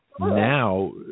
Now